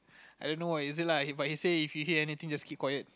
I don't know what is it lah but he say if you hear anything just keep quiet